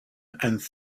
and